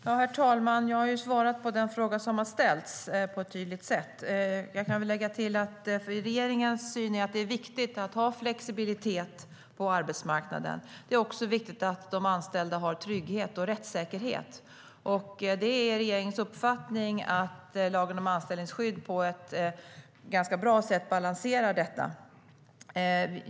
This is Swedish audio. Herr talman! Jag har svarat på den fråga som har ställts på ett tydligt sätt. Jag kan väl lägga till att regeringens uppfattning är att det är viktigt med flexibilitet på arbetsmarknaden. Det är också viktigt att de anställda känner sig trygga och åtnjuter rättssäkerhet. Det är regeringens uppfattning att lagen om anställningsskydd på ett bra sätt balanserar detta.